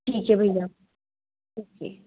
ठीक है भईया ओके